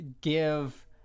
give